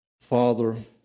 Father